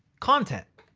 content.